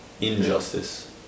injustice